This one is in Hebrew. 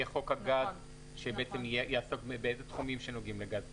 יהיה חוק הגז שבעצם יעסוק באיזה תחומים שנוגעים לגז טבעי?